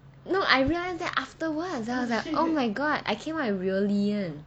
no I realised that afterwards I was like oh my god I came with rio lee en